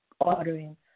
ordering